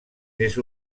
més